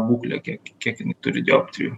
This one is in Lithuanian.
būklę kiek kiek jinai turi dioptrijų